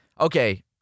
Okay